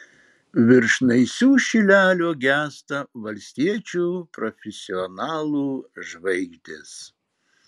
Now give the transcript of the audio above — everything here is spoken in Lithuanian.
virš naisių šilelio gęsta valstiečių profesionalų žvaigždės